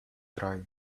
dry